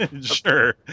Sure